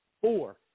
four